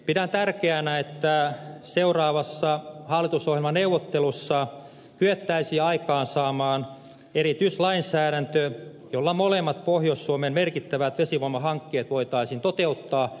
pidän tärkeänä että seuraavassa hallitusohjelmaneuvottelussa kyettäisiin aikaansaamaan erityislainsäädäntö jolla molemmat pohjois suomen merkittävät vesivoimahankkeet voitaisiin toteuttaa